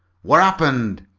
what happened?